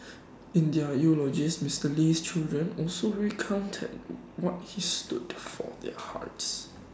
in their eulogies Mr Lee's children also recounted what he stood for their hearts